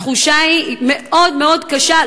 התחושה היא מאוד מאוד קשה,